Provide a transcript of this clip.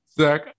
Zach